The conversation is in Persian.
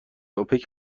اوپک